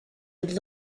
had